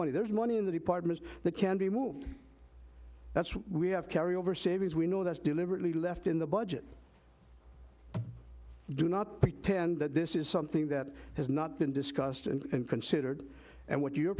money there's money in the department that can be moved that's why we have carry over savings we know that's deliberately left in the budget do not pretend that this is something that has not been discussed and considered and what you